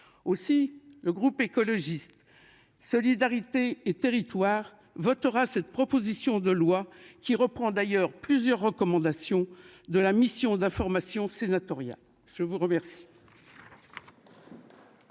aussi le groupe écologiste solidarité et territoires votera cette proposition de loi qui reprend d'ailleurs plusieurs recommandations de la mission d'information sénatoriale. Je vous remercie.